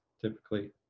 typically